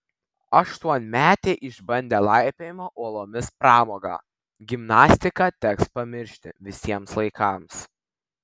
aštuonmetė išbandė laipiojimo uolomis pramogą gimnastiką teks pamiršti visiems laikams